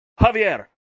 Javier